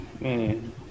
Man